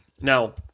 Now